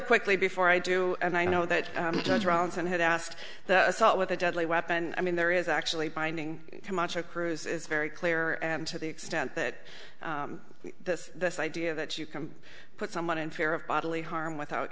quickly before i do and i know that joe johnson had asked the assault with a deadly weapon i mean there is actually binding camacho cruz is very clear and to the extent that this this idea that you can put someone in fear of bodily harm without